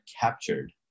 captured